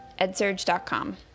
edsurge.com